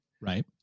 right